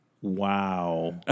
wow